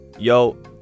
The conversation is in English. Yo